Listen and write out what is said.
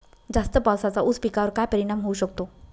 जास्त पावसाचा ऊस पिकावर काय परिणाम होऊ शकतो?